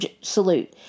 salute